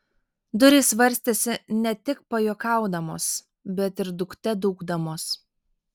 durys varstėsi ne tik pajuokaudamos bet ir dūkte dūkdamos